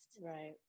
Right